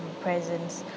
presents